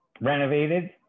renovated